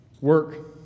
Work